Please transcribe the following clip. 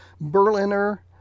Berliner